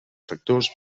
factors